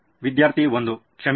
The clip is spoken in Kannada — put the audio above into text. ವಿದ್ಯಾರ್ಥಿ 1 ಕ್ಷಮಿಸಿ